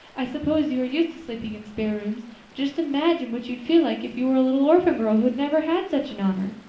i suppose you are used to sleeping in spare rooms. but just imagine what you would feel like if you were a little orphan girl who had never had such an honor.